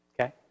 okay